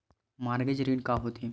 Mortgage ऋण का होथे?